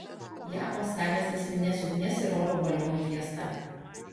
ją uostamiestis minės ugnies ir oro balionų fiesta